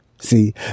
See